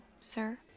sir